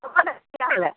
হ'বদে তেতিয়াহ'লে